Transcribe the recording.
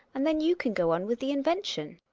and then you can go on with the invention.